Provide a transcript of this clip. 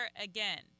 again